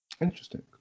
Interesting